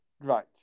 right